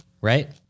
right